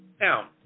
Now